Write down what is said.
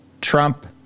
Trump